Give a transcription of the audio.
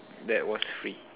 that was free